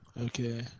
Okay